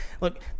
Look